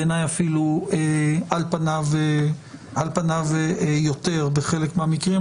בעיניי על פניו אפילו יותר בחלק מהמקרים.